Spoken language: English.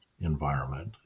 environment